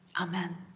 Amen